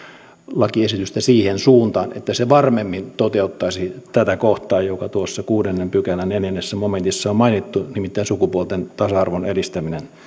lakiesitystä siihen suuntaan että se varmemmin toteuttaisi tätä kohtaa joka tuossa kuudennen pykälän neljännessä momentissa on mainittu nimittäin sukupuolten tasa arvon edistämistä